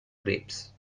grapes